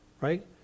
Right